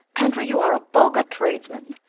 andrew you are a vulgar tradesman.